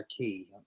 key